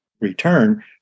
return